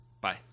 Bye